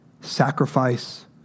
sacrifice